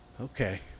Okay